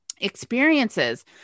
experiences